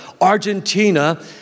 Argentina